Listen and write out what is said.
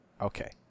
Okay